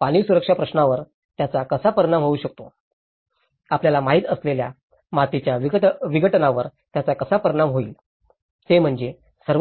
पाणी सुरक्षा प्रश्नावर त्याचा कसा परिणाम होऊ शकतो आपल्याला माहिती असलेल्या मातीच्या विघटनावर त्याचा कसा परिणाम होईल ते म्हणजे सर्व बाबींचा विचार केला पाहिजे